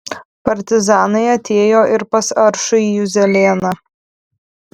partizanai atėjo ir pas aršųjį juzelėną